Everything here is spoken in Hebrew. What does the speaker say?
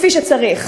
כפי שצריך.